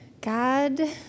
God